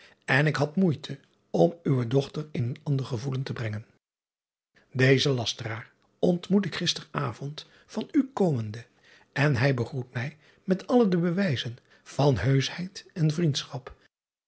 en ik had moeite om uwe dochter in een ander gevoelen te brengen ezen lasteraar ontmoet ik gister avond van u komende en hij begroet mij met alle de bewijzen van heuschheid en vriendschap